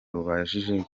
rukabije